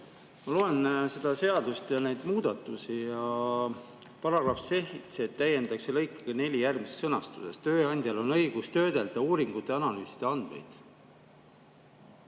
Ma loen seda seadust ja neid muudatusi. Paragrahvi 7 täiendatakse lõikega 4 järgmises sõnastuses: "Tööandjal on õigus töödelda uuringute ja analüüside andmeid